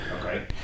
Okay